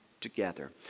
together